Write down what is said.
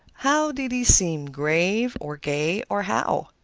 how did he seem grave, or gay, or how?